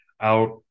out